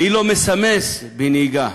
מי לא מסמס בנהיגה,